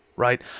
right